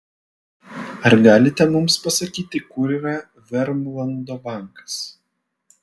ar galite mums pasakyti kur yra vermlando bankas